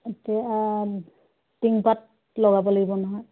এতিয়া টিংপাত লগাব লাগিব নহয়